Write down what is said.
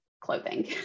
clothing